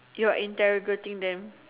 you're interrogating them